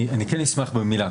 אני אשמח להגיב במילה.